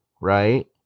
right